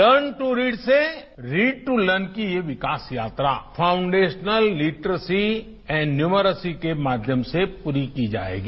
learn to read से read to learn की विकास यात्रा foundational literacy and numeracy के माध्यम से पूरी की जाएगी